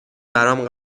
برام